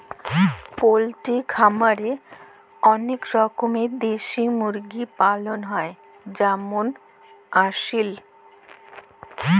poultry খামারে ম্যালা রকমের দেশি মুরগি পালন হ্যয় যেমল আসিল